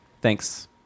Thanks